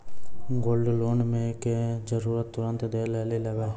Gold loan मे जेबर तुरंत दै लेली लागेया?